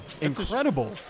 incredible